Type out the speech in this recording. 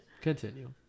Continue